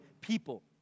people